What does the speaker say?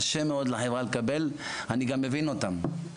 קשה מאוד לחברה לקבל, ואני גם מבין אותם.